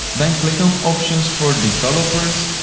then click on options for developers,